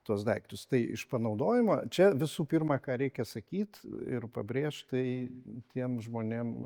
tuos daiktus tai iš panaudojimo čia visų pirma ką reikia sakyt ir pabrėžt tai tiem žmonėm